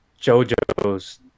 JoJo's